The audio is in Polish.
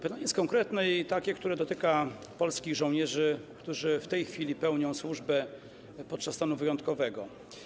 Pytanie jest konkretne i takie, które dotyczy polskich żołnierzy, którzy w tej chwili pełnią służbę podczas stanu wyjątkowego.